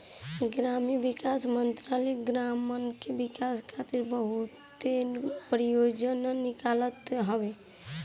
ग्रामीण विकास मंत्रालय गांवन के विकास खातिर बहुते परियोजना निकालत हवे